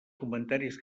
comentaris